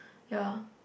ya